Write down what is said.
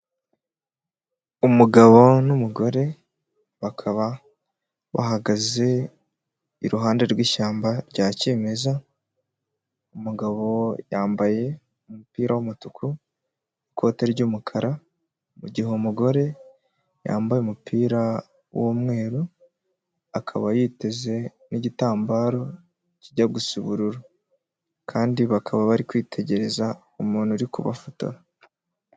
Umugabo n'umugore bakaba bahagaze iruhande rw'ishyamba rya kimeza, umugabo yambaye umupira w'umutuku, ikote ry'umukara mu gihe uwo mugore yambaye umupira w'umweru akaba yiteze n'igitambaro kijya gusa ubururu kandi bakaba bari kwitegereza umuntu uri kubafotora.